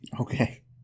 Okay